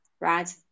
right